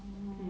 orh